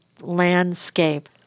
landscape